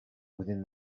within